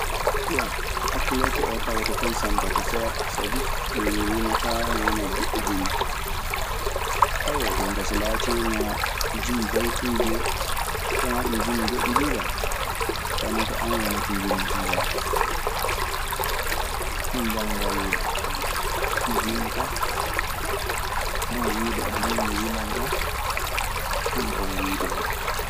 Bon atlet oo tawata fay santata seeɗa sabi min mi yimataa mi wanaa jiɗɗo jimi. jon kaa so laatiima jimi baytuuji en. So wanaa ɗun jimi goɗɗi ɗii kaa, wanaa ko an. Wanaa ko njimmi hen so ngoonga. Banngal jimi kaa, wiide an min mi yiman kaa, ɗun mbawmi wiide hen.